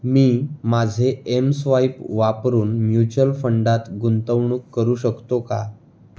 मी माझे एमस्वाईप वापरून म्युच्युअल फंडात गुंतवणूक करू शकतो का